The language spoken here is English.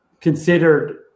considered